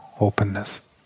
openness